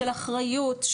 של אחריות,